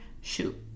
Shoot